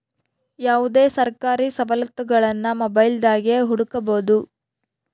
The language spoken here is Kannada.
ಯಾವುದೇ ಸರ್ಕಾರಿ ಸವಲತ್ತುಗುಳ್ನ ಮೊಬೈಲ್ದಾಗೆ ಹುಡುಕಬೊದು